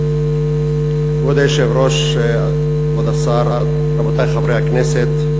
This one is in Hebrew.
כבוד היושב-ראש, כבוד השר, רבותי חברי הכנסת,